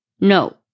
No